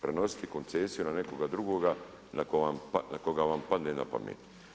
Prenositi koncesiju na nekoga drugoga na koga vam padne na pamet.